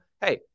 hey